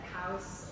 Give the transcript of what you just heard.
house